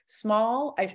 small